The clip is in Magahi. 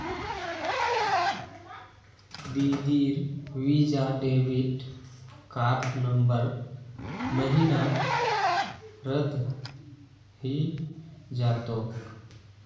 दीदीर वीजा डेबिट कार्ड नवंबर महीनात रद्द हइ जा तोक